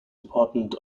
department